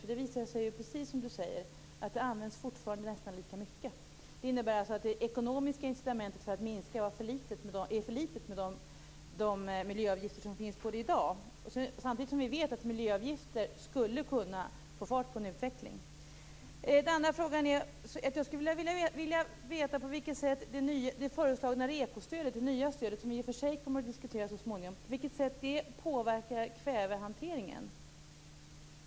Det visar sig, precis som Ann-Kristine Johansson säger, att handelsgödsel fortfarande används nästan lika mycket som tidigare. Det innebär alltså att det ekonomiska incitamentet för att minska användningen är för litet med de miljöavgifter som finns i dag. Samtidigt vet vi att miljöavgifter skulle kunna få fart på utvecklingen. Jag skulle också vilja veta på vilket sätt det föreslagna rekostödet, som i och för sig kommer att diskuteras så småningom, påverkar kvävehanteringen.